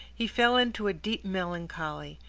he fell into a deep melancholy,